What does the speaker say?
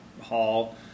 hall